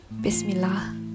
Bismillah